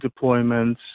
deployments